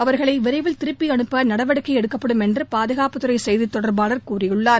அவர்களை விரைவில் திருப்பி அனுப்ப நடவடிக்கை எடுக்கப்படும் என்று பாதுகாப்புத் துறை செய்தித் தொடர்பாளர் கூறியுள்ளார்